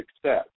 success